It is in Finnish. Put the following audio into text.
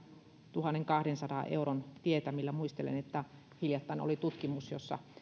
tuhannenkahdensadan euron tietämillä muistelen että hiljattain oli tutkimus jossa